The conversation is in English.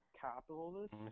capitalist